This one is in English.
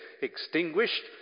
extinguished